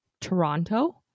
Toronto